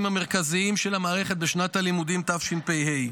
המרכזיים של המערכת בשנת הלימודים תשפ"ה.